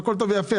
הכול טוב ויפה,